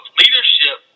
leadership